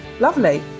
Lovely